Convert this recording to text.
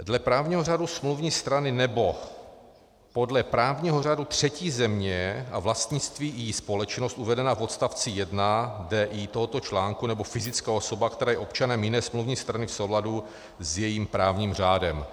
Dle právního řádu smluvní strany nebo podle právního řádu třetí země a vlastní ji společnost uvedená v odstavci 1 d), i) tohoto článku, nebo fyzická osoba, která je občanem jiné smluvní strany v souladu s jejím právním řádem.